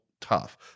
tough